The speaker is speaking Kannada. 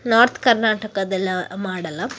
ನಾರ್ತ್ ಕರ್ನಾಟಕದ್ದೆಲ್ಲ ಮಾಡೋಲ್ಲ